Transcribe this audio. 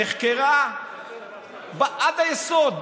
נחקרה עד היסוד,